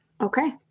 Okay